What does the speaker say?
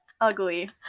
ugly